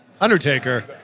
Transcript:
Undertaker